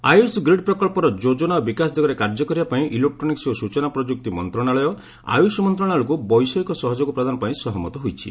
Ayush grid ପ୍ରକଳ୍ପର ଯୋକନା ଓ ବିକାଶ ଦିଗରେ କାର୍ଯ୍ୟ କରିବା ପାଇଁ ଇଲେକ୍ରୋନିକୁ ଓ ସ୍କଚନା ପ୍ରଯୁକ୍ତି ମନ୍ତ୍ରଣାଳୟ ଆୟୁଷ ମନ୍ତ୍ରଣାଳୟକୁ ବୈଷୟିକ ସହଯୋଗ ପ୍ରଦାନ ପାଇଁ ସହମତ ହୋଇଛି